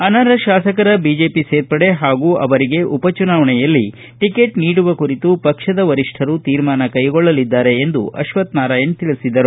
ಅನರ್ಹ ತಾಸಕರ ಬಿಜೆಪಿ ಸೇರ್ಪಡೆ ಹಾಗೂ ಅವರಿಗೆ ಉಪ ಚುನಾವಣೆಯಲ್ಲಿ ಟಿಕೆಟ್ ನೀಡುವ ಕುರಿತು ಪಕ್ಷದ ವರಿಷ್ಠರು ತೀರ್ಮಾನ ಕ್ನೆಗೊಳ್ಳಲಿದ್ದಾರೆ ಎಂದು ಅಶ್ವಥ್ ನಾರಾಯಣ ತಿಳಿಸಿದರು